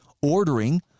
ordering